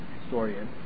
historian